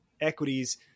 equities